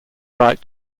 right